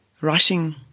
rushing